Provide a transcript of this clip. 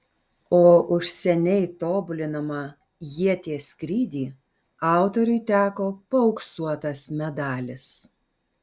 o už seniai tobulinamą ieties skrydį autoriui teko paauksuotas medalis